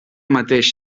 mateix